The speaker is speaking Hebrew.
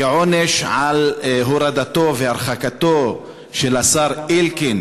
כעונש של הורדתו והרחקתו של השר אלקין